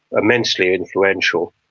immensely influential,